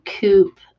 Coop